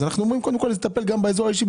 אז אנחנו אומרים קודם כל לטפל באזור האישי,